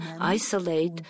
isolate